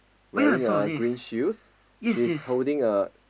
wearing a green shoes she's holding a